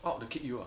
out they kick you ah